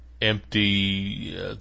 empty